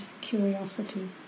curiosity